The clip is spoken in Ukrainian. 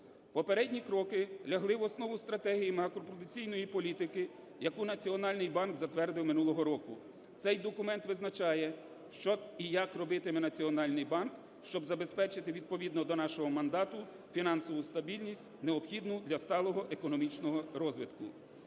Попередні кроки лягли в основу стратегії макропруденційної політики, яку Національний банк затвердив минулого року. Цей документ визначає що і як робитиме Національний банк, щоб забезпечити, відповідно до нашого мандату, фінансову стабільність, необхідну для сталого економічного розвитку.